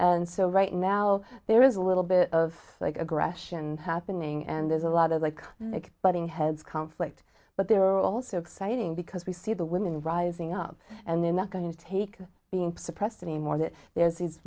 and so right now there is a little bit of aggression happening and there's a lot of like they butting heads conflict but they're also exciting because we see the women rising up and they're not going to take being suppressed anymore that there's these